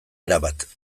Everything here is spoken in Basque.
erabat